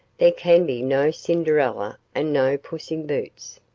there can be no cinderella and no puss in boots.